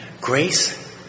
Grace